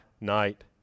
night